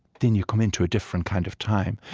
then you come into a different kind of time.